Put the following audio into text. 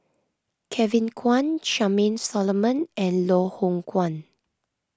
Kevin Kwan Charmaine Solomon and Loh Hoong Kwan